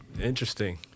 Interesting